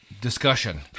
discussion